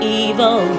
evil